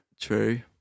true